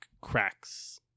cracks